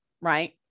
right